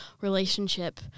relationship